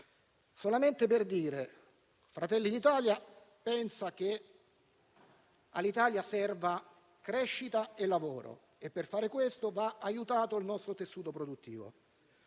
solamente che Fratelli d'Italia pensa che all'Italia servano crescita e lavoro; per fare questo va aiutato il nostro tessuto produttivo.